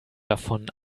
davon